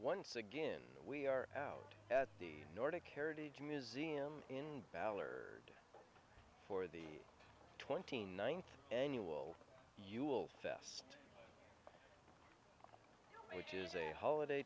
once again we are out at the nordic heritage museum in valor for the twenty ninth annual you will fest which is a holiday